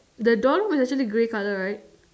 the door knob is actually grey colour right